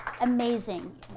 Amazing